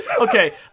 Okay